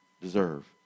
deserve